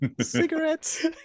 Cigarettes